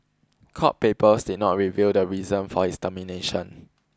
court papers did not reveal the reason for his termination